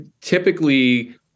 Typically